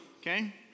okay